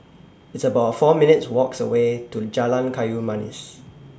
It's about four minutes' Walks away to Jalan Kayu Manis